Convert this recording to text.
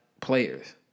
players